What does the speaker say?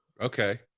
okay